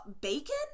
Bacon